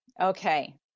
Okay